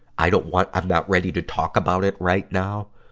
i don't want, i'm not ready to talk about it right now.